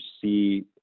see